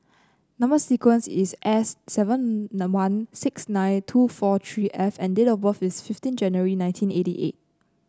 number sequence is S seven one six nine two four three F and date of birth is fifteen January nineteen eighty eight